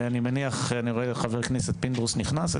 אני רואה שחבר הכנסת פינדרוס נכנס.